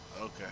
Okay